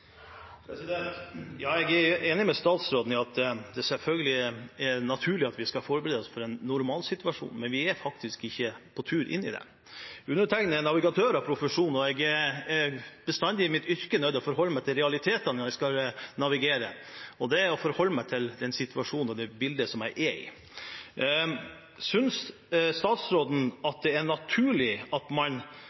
Ja, jeg er enig med statsråden i at det selvfølgelig er naturlig at vi skal forberede oss på en normalsituasjon, men vi er faktisk ikke på tur inn i det. Undertegnede er navigatør av profesjon. Jeg er i mitt yrke bestandig nødt til å forholde meg til realitetene når jeg skal navigere, og det innebærer å forholde meg til den situasjonen og det bildet som jeg er i. Synes statsråden det er naturlig, når man